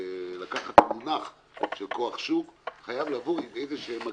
הזה לקחת מונח של "כוח שוק" חייב לבוא עם איזה שהן הגדרות,